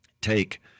take